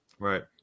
Right